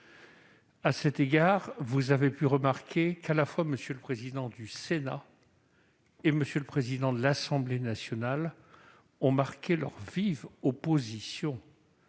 À cet égard, vous l'aurez remarqué, tant M. le président du Sénat que M. le président de l'Assemblée nationale ont marqué leur vive opposition